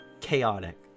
chaotic